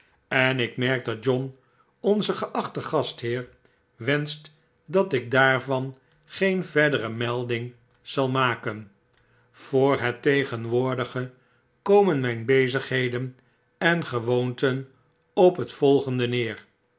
en ik merk dat john onze geachte gastheer wenscht dat ik daarvan geen verdere melding zal maken voor het tegenwoordige komen mtjn bezigheden en gewoonten op net volgende neer